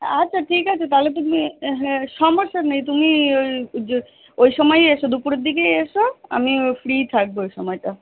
আচ্ছা ঠিক আছে তাহলে তুমি হ্যাঁ সমস্যা নেই তুমি ওই যে ওই সময়ই এসো দুপুরের দিগে এসো আমিও ফ্রি থাকবো ওই সময়টা